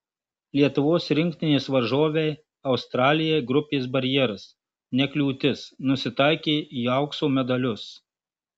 lietuvos rinktinės varžovei australijai grupės barjeras ne kliūtis nusitaikė į aukso medalius